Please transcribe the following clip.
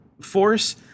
force